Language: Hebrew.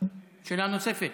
שאלה נוספת.